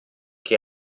che